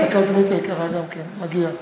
לקלדנית היקרה גם כן מגיע,